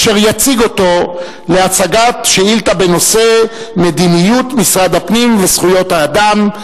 אשר יציג אותו להצגת שאילתא בנושא: מדיניות משרד הפנים וזכויות האדם,